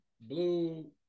blue